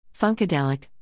Funkadelic